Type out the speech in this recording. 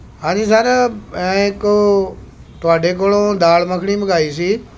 ਹਾਂਜੀ ਸਰ ਐਂ ਕੋ ਤੁਹਾਡੇ ਕੋਲੋਂ ਦਾਲ ਮੱਖਣੀ ਮੰਗਾਈ ਸੀ